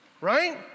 Right